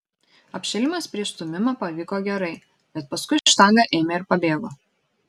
apšilimas prieš stūmimą pavyko gerai bet paskui štanga ėmė ir pabėgo